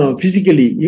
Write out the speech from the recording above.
physically